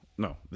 No